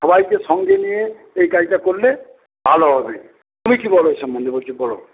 সবাইকে সঙ্গে নিয়ে এই কাজটা করলে ভালো হবে তুমি কি বল এ সমন্ধে বলছ বলো